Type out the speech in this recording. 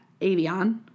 Avion